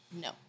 no